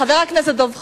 חבר הכנסת דב חנין,